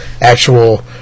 actual